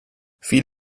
viel